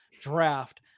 draft